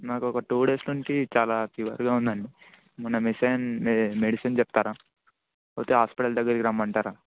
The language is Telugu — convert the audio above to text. నాకు ఒక టూ డేస్ నుంచి చాలా ఫీవర్గా ఉందండి ఏమైనా మెసిన్ మెడిసిన్ చెప్తారా లేకపోతే హాస్పిటల్ దగ్గరికి రమ్మంటారా